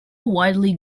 widely